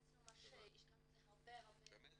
עשינו ממש, השקענו בזה הרבה תחקיר.